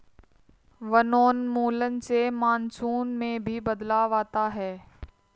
वनोन्मूलन से मानसून में भी बदलाव आता है